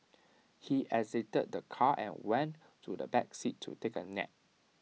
he exited the car and went to the back seat to take A nap